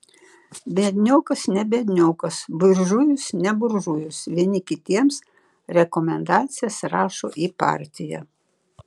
biedniokas ne biedniokas buržujus ne buržujus vieni kitiems rekomendacijas rašo į partiją